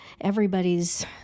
Everybody's